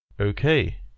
Okay